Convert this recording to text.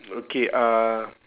okay uh